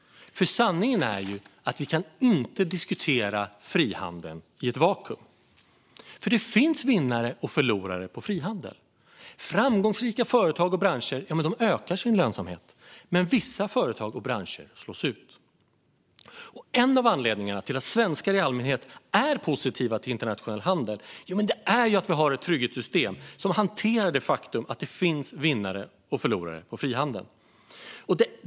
Sanningen är ju att vi inte kan diskutera frihandel i ett vakuum, för det finns vinnare och förlorare på frihandel. Framgångsrika företag och branscher ökar sin lönsamhet, men vissa företag och branscher slås ut. En av anledningarna till att svenskar i allmänhet är positiva till internationell handel är att vi har ett trygghetssystem som hanterar det faktum att det finns vinnare och förlorare på frihandel.